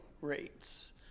rates